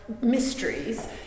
mysteries